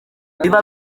biba